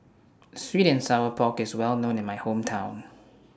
Sweet and Sour Pork IS Well known in My Hometown